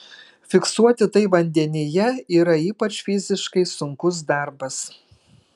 fiksuoti tai vandenyje yra ypač fiziškai sunkus darbas